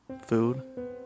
Food